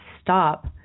stop